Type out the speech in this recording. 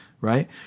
right